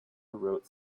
wrote